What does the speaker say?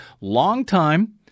longtime